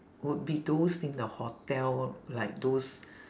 would be those in the hotel like those